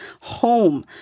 home